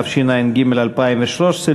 התשע"ג 2013,